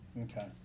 Okay